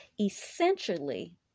essentially